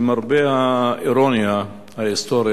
למרבה האירוניה ההיסטורית,